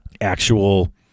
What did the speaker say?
actual